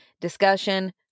Discussion